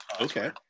Okay